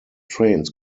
trains